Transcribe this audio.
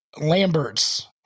Lambert's